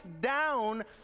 down